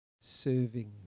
serving